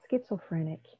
schizophrenic